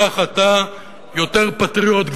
כך אתה יותר פטריוט,